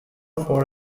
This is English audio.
for